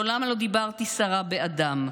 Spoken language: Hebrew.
מעולם לא דיברתי סרה באדם.